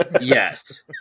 Yes